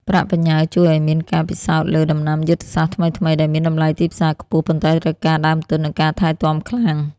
ប្រាក់បញ្ញើជួយឱ្យមានការពិសោធន៍លើ "ដំណាំយុទ្ធសាស្ត្រថ្មីៗ" ដែលមានតម្លៃទីផ្សារខ្ពស់ ប៉ុន្តែត្រូវការដើមទុន និងការថែទាំខ្លាំង។